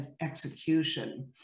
execution